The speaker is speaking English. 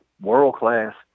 world-class